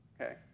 okay